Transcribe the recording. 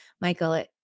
Michael